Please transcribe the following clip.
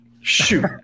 Shoot